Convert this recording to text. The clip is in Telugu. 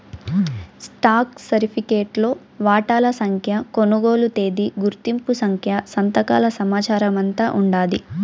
స్టాక్ సరిఫికెట్లో వాటాల సంఖ్య, కొనుగోలు తేదీ, గుర్తింపు సంఖ్య, సంతకాల సమాచారమంతా ఉండాది